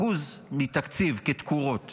אחוז מתקציב כתקורות.